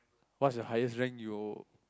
what's your highest rank you